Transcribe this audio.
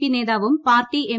P നേതാവും പാർട്ടി M